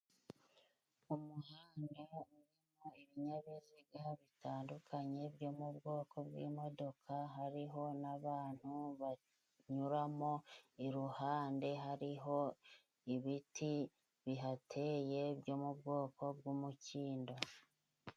Umuhanda urimo ibinyabiziga bitandukanye byo mu bwoko bw'imodoka, hariho n'abantu banyuramo, iruhande hariho ibiti bihateye byo mu bwoko bw'umukindo.